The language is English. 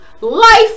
life